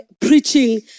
preaching